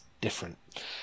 different